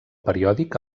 periòdic